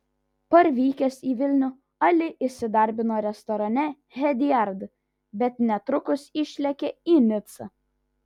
parvykęs į vilnių ali įsidarbino restorane hediard bet netrukus išlėkė į nicą